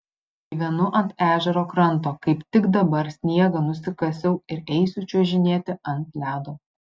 gyvenu ant ežero kranto kaip tik dabar sniegą nusikasiau ir eisiu čiuožinėti ant ledo